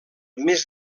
més